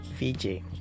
vj